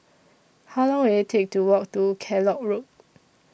How Long Will IT Take to Walk to Kellock Road